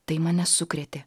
tai mane sukrėtė